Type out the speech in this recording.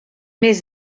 mes